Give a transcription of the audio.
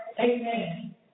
Amen